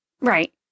right